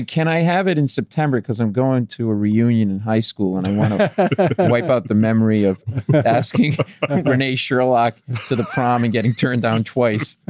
can i have it in september because i'm going to a reunion in high school and i wanna wipe out the memory of asking renee sherlock to the prom and getting turned down twice.